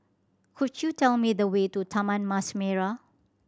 could you tell me the way to Taman Mas Merah